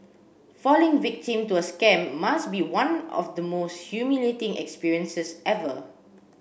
falling victim to a scam must be one of the most humiliating experiences ever